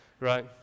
right